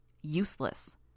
useless